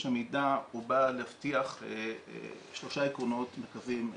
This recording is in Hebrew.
המידע בא להבטיח שלושה עקרונות מרכזיים.